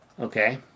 Okay